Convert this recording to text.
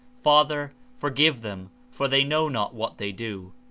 father forgive them for they know not what they do.